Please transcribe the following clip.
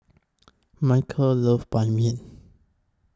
Michael loves Ban Mian